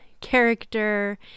character